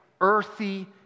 earthy